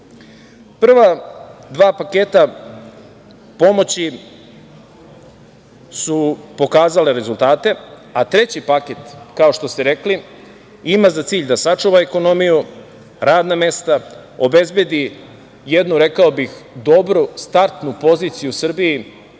dva paketa pomoći su pokazale rezultate, a treći paket kao što ste rekli, ima za cilj da sačuva ekonomiju radna mesta, obezbedi jednu, rekao bih, dobru startnu poziciju u Srbiji